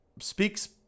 speaks